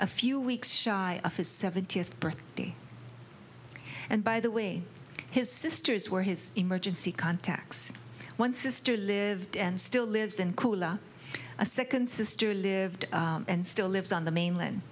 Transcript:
a few weeks shy of his seventieth birthday and by the way his sisters were his emergency contacts one sister lived and still lives in cola a second sister lived and still lives on the mainland